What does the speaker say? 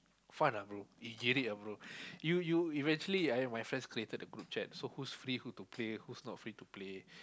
fun ah bro you hate it eh gerek ah bro you you eventually I and my friend created the group chat so who is free who to play who is not free to play